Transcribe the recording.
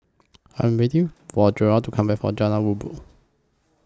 I Am waiting For Jerod to Come Back from Jalan Rabu